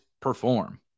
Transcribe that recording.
perform